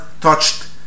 touched